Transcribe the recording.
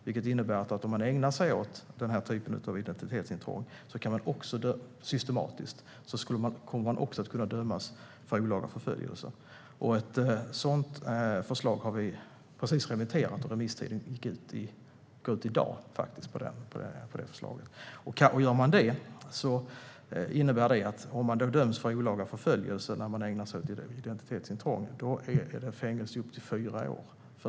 Det innebär att om man systematiskt ägnar sig åt den här typen av identitetsintrång kommer man att kunna dömas även för olaga förföljelse. Ett sådant förslag har vi precis remitterat, och remisstiden för det förslaget går ut i dag. Det innebär att om man döms för olaga förföljelse när man ägnar sig åt identitetsintrång ger det fängelse i upp till fyra år.